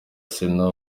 sena